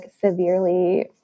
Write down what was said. severely